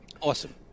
Awesome